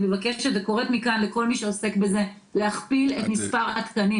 אני מבקשת וקוראת מכאן לכל מי שעוסק בזה להכפיל את מספר התקנים